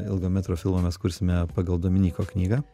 ilgo metro filmą mes kursime pagal dominyko knygą